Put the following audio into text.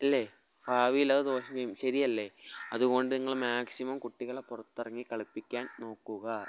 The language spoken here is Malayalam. അല്ലേ ഭാവിയിലത് ദോഷം ചെയ്യും ശരിയല്ലേ അതുകൊണ്ട് നിങ്ങൾ മാക്സിമം കുട്ടികളെ പുറത്തിറങ്ങി കളിപ്പിക്കാൻ നോക്കുക